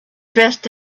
dressed